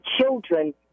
children